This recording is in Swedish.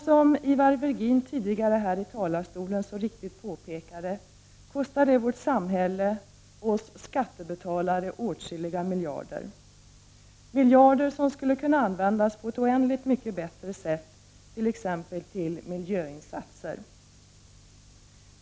Som Ivar Virgin så riktigt påpekade tidigare i talarstolen kostar detta vårt samhälle och oss skattebetalare åtskilliga miljarder, miljarder som skulle kunna användas på ett oändligt mycket bättre sätt, t.ex. till miljöinsatser.